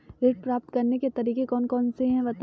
ऋण प्राप्त करने के तरीके कौन कौन से हैं बताएँ?